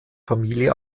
familie